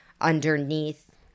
underneath